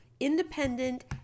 independent